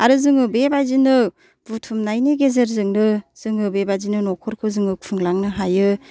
आरो जोङो बेबायदिनो बुथुमनायनि गेजेरजोंनो जोङो बेबादिनो न'खरखौ जोङो खुंलांनो हायो